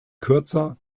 kürzer